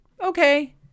okay